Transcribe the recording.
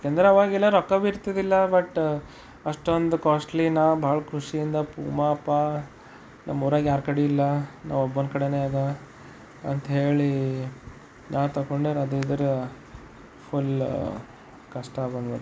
ಯಾಕೆಂದರೇ ಆವಾಗೆಲ್ಲಾ ರೊಕ್ಕ ಬಿ ಇರ್ತಿದ್ದಿಲ್ಲ ಬಟ್ ಅಷ್ಟೊಂದು ಕಾಸ್ಟ್ಲಿ ನಾ ಭಾಳ ಖುಷಿಯಿಂದ ಪೂಮಾಪ್ಪಾ ನಮ್ಮೂರಾಗ ಯಾರ ಕಡೆ ಇಲ್ಲ ನಾ ಒಬ್ಬನ ಕಡೇನೇ ಅದ ಅಂಥೇಳಿ ನಾ ತಗೊಂಡೆ ಅದು ಇದರ ಫುಲ್ ಕಷ್ಟ ಬಂದೋಯ್ತು